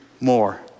more